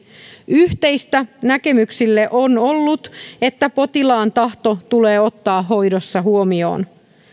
yhteistä näkemyksille on ollut että potilaan tahto tulee ottaa hoidossa huomioon